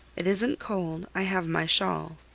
it isn't cold i have my shawl.